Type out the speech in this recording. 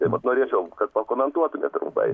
tai vat norėčiau kad pakomentuotumėt trumpai